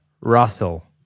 Russell